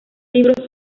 libros